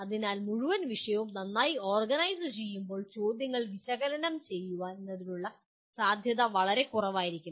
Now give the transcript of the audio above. അതിനാൽ മുഴുവൻ വിഷയവും നന്നായി ഓർഗനൈസു ചെയ്യുമ്പോൾ ചോദ്യങ്ങൾ വിശകലനം ചെയ്യുന്നതിനുള്ള സാധ്യത വളരെ കുറവായിരിക്കും